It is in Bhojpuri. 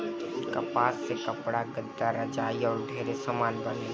कपास से कपड़ा, गद्दा, रजाई आउर ढेरे समान बनेला